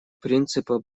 принципа